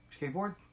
Skateboard